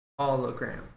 hologram